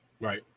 right